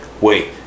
wait